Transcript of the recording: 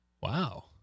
Wow